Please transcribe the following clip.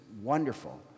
wonderful